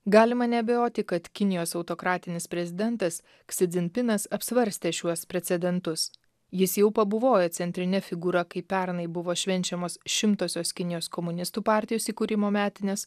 galima neabejoti kad kinijos autokratinis prezidentas ksi dzimpinas apsvarstė šiuos precedentus jis jau pabuvojo centrine figūra kai pernai buvo švenčiamos šimtosios kinijos komunistų partijos įkūrimo metinės